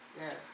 yes